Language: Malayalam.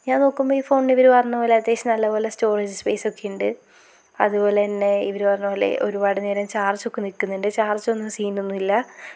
ഞാൻ നോക്കുമ്പോൾ ഈ ഫോണിന് ഇവർ പറഞ്ഞ പോലെ അത്യാവശ്യം നല്ല പോലെ സ്റ്റോറേജ് സ്പേസോക്കെ ഉണ്ട് അതുപോല്ലന്നെ ഇവർ പറഞ്ഞ പോലെ ഒരുപാട് നേരം ചാർജ് ഒക്കെ നിൽക്കുന്നുണ്ട് ചാർജ് ഒന്നും സീനൊന്നും ഇല്ല